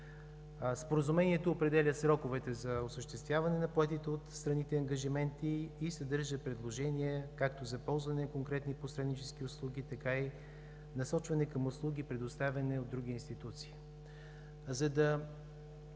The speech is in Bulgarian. Споразумението определя сроковете за осъществяване на поетите от страните ангажименти и съдържа предложение както за ползване на конкретни посреднически услуги, така и насочване към услуги, предоставени от други институции.